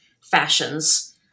fashions